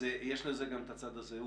אז יש לזה גם את הצד הזה.